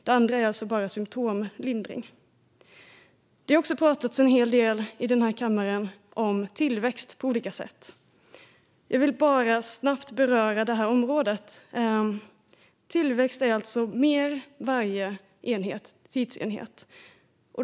Det andra är bara symtomlindring. Det har också talats en hel del i denna kammare om tillväxt på olika sätt. Jag vill bara snabbt beröra detta område. Tillväxt är alltså mer för varje tidsenhet.